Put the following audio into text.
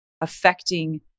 affecting